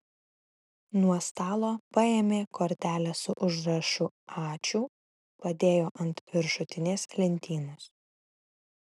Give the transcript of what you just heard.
nuo stalo paėmė kortelę su užrašu ačiū padėjo ant viršutinės lentynos